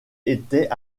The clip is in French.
étaient